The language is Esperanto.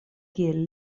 kiel